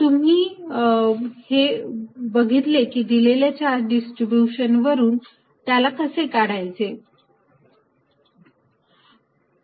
आणि तुम्ही हे बघितले की दिलेल्या चार्ज डिस्ट्रीब्यूशन वरून त्याला कसे काढायचे